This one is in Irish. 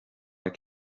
átha